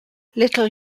little